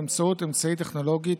באמצעות אמצעי טכנולוגי,